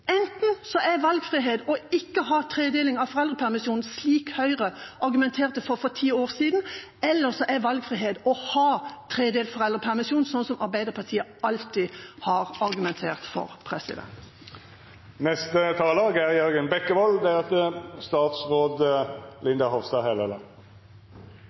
er valgfrihet ikke å ha tredeling av foreldrepermisjonen, som Høyre argumenterte for for ti år siden, eller så er valgfrihet å ha tredelt foreldrepermisjon, som Arbeiderpartiet alltid har argumentert for.